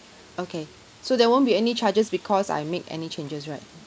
okay so there won't be any charges because I make any changes right